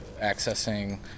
accessing